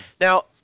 now